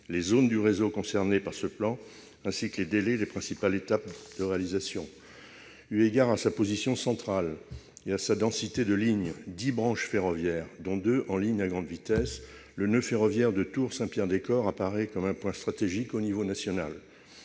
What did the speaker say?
les zones du réseau concernées par ce plan ainsi que les délais et les principales étapes de réalisation. Eu égard à sa position centrale et à la densité de ses lignes- dix branches ferroviaires, dont deux en ligne à grande vitesse -, le noeud ferroviaire de Tours-Saint-Pierre-des-Corps apparaît comme un point stratégique à l'échelon national.